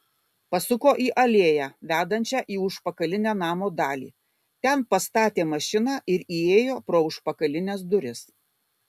pasuko į alėją vedančią į užpakalinę namo dalį ten pastatė mašiną ir įėjo pro užpakalines duris